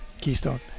Keystone